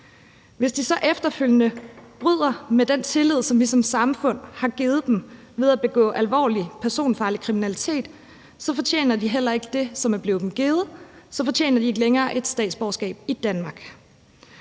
hvis de så efterfølgende bryder den tillid, vi som samfund har givet dem, ved at begå alvorlig personfarlig kriminalitet, så fortjener de heller ikke det, der er blevet dem givet; så fortjener de ikke længere et statsborgerskab i Danmark.